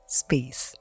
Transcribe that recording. space